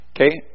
Okay